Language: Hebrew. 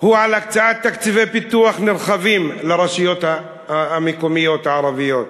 הוא על הקצאת תקציבי פיתוח נרחבים לרשויות המקומיות הערביות,